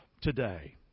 today